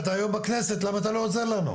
אתה היום בכנסת, למה אתה לא עוזר לנו?